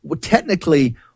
Technically